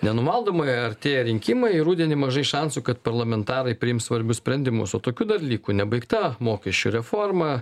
nenumaldomai artėja rinkimai rudenį mažai šansų kad parlamentarai priims svarbius sprendimus o tokių dar liko nebaigta mokesčių reforma